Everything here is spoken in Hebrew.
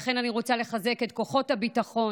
לכן אני רוצה לחזק את כוחות הביטחון,